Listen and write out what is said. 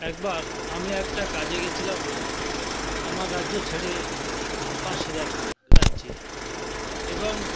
একবার আমি একটা কাজে গিয়েছিলাম আমার রাজ্য ছেড়ে পাশের এক রাজ্যে এবং